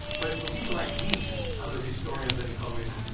but for people like me, and other historians and economists,